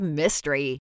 mystery